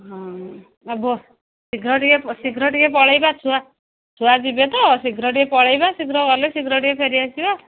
ହଁ ଶୀଘ୍ର ଟିକେ ଶୀଘ୍ର ଟିକେ ପଳେଇବା ଛୁଆ ଛୁଆ ଯିବେ ତ ଶୀଘ୍ର ଟିକେ ପଳେଇବା ଶୀଘ୍ର ଗଲେ ଶୀଘ୍ର ଟିକେ ଫେରି ଆସିବା